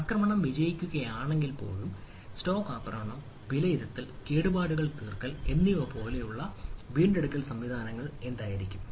ആക്രമണം വിജയിക്കുകയാണെങ്കിൽപ്പോലും സ്റ്റോപ്പ് ആക്രമണം വിലയിരുത്തൽ കേടുപാടുകൾ തീർക്കൽ എന്നിവ പോലുള്ള എന്റെ വീണ്ടെടുക്കൽ സംവിധാനങ്ങൾ എന്തായിരിക്കും